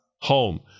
home